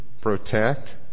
protect